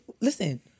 listen